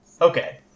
okay